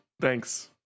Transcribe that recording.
Thanks